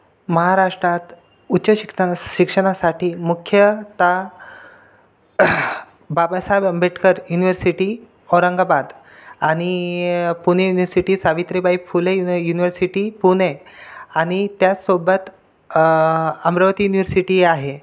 महाराष्टात उच्च शिकता शिक्षणासाठी मुख्यतः बाबासाहेब आंबेडकर युनिव्हर्सिटी औरंगाबाद आणि Pune university Savitribai Phule uni university Pune आणि त्याचसोबत अमरावती युनिव्हर्सिटी आहे